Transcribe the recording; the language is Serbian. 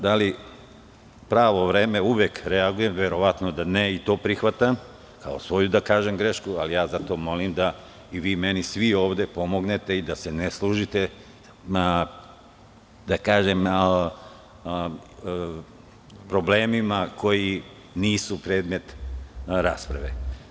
Da li na pravo vreme uvek reagujem, verovatno da ne i to prihvatam kao svoju, da kažem, grešku, ali zato molim da i vi meni svi ovde pomognete i da se ne služite problemima koji nisu predmet rasprave.